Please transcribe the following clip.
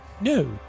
No